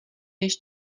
než